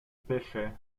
pêchait